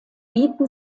bieten